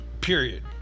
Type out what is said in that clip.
period